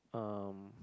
um